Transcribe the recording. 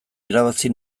irabazi